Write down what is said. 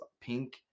pink